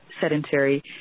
sedentary